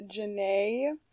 Janae